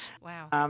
Wow